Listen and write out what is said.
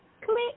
Click